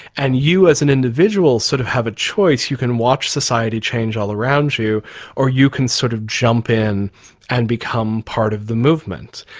and you as an individual sort of have a choice. you can watch society change all around you or you can sort of jump in and become part of the movement.